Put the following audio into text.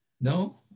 No